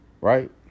right